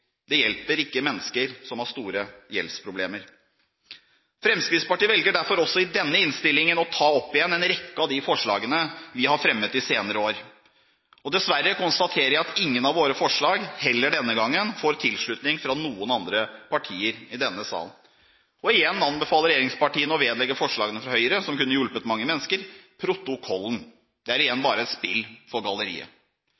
Det hjelper ikke mennesker som har store gjeldsproblemer. Fremskrittspartiet velger derfor også i denne innstillingen å ta opp igjen en rekke av de forslagene vi har fremmet de senere år. Dessverre konstaterer jeg at ingen av våre forslag får tilslutning fra noen andre partier i denne salen, heller ikke den gangen. Igjen anbefaler regjeringspartiene å vedlegge forslagene fra Høyre som kunne hjulpet mange mennesker, protokollen. Det er